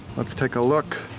let's take a look.